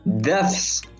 Deaths